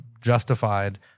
justified